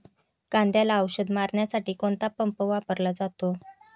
कांद्याला औषध मारण्यासाठी कोणता पंप वापरला जातो?